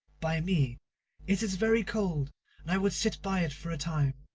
by me it is very cold, and i would sit by it for a time.